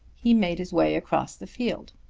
he made his way across the field.